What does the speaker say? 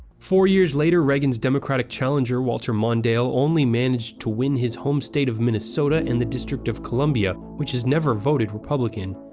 four years later, reagan's democratic challenger, walter mondale, only managed to win his home state of minnesota and the district of columbia which has never voted republican.